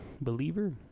believer